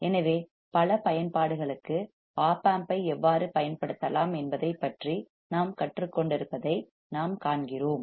எனவே பல பயன்பாடுகளுக்கு ஒப் ஆம்ப் ஐ எவ்வாறு பயன்படுத்தலாம் என்பதைப் பற்றி நாம் கற்றுக் கொண்டிருப்பதை நாம் காண்கிறோம்